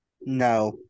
No